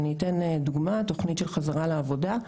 אני אתן דוגמה: תוכנית של חברה לעבודה,